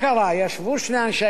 ישבו שני אנשי היחידה,